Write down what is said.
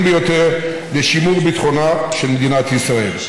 ביותר לשימור ביטחונה של מדינת ישראל.